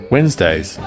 Wednesdays